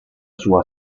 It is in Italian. sua